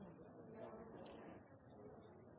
Det er